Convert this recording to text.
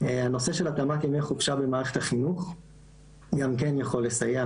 הנושא של התאמת ימי חופשה במערכת החינוך גם כן יכול לסייע,